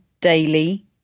Daily